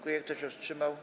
Kto się wstrzymał?